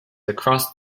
across